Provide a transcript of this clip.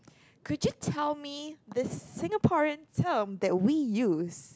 could you tell me this Singaporean term that we use